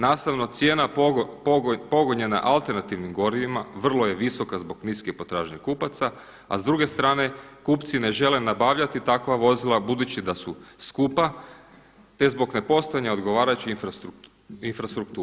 Nastavno, cijena pogonjena alternativnim gorivima vrlo je visoka zbog niske potražnje kupaca, a s druge strane kupci ne žele nabavljati takva vozila budući da su skupa, te zbog nepostojanja odgovarajuće infrastrukture.